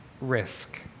risk